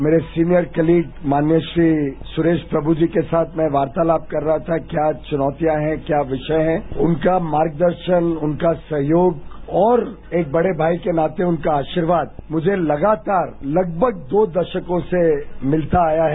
मेरे senior colleague माननीय श्री सुरेरा प्रयु जी के साथ मैं वार्तालाप कर रहा था कि क्या चुनौतियां है क्या विषय हैं उनका मार्गदर्शन् उनका सहयोग और एक बड़े भाई ने नाते उनका आसीर्वाद मुझे लगातार लगभग दो दशकों से मिलता आया है